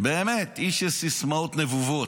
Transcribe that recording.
באמת איש של סיסמאות נבובות,